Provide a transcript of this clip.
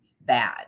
bad